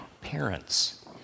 parents